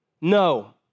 No